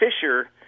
Fisher